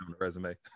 resume